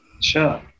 Sure